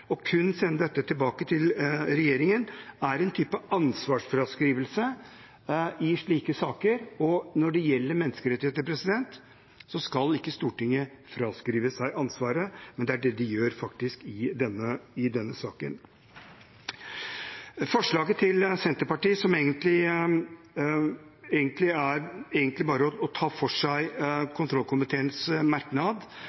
kun sende dette tilbake til regjeringen, er en type ansvarsfraskrivelse i slike saker. Og når det gjelder menneskerettigheter, skal ikke Stortinget fraskrive seg ansvaret, men det er det de faktisk gjør i denne saken. Forslaget til Senterpartiet, som egentlig bare er å ta for seg